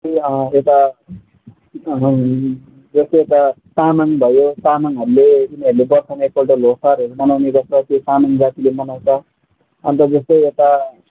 त्यो एउटा जस्तै एउटा तामाङ भयो तामाङहरूले उनीहरूले वर्षमा एकपल्ट लोसारहरू मनाउने गर्छ त्यो तामाङ जातिले मनाउँछ अन्त जस्तै यता